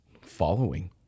following